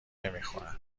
نمیخورد